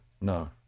no